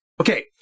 Okay